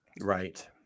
Right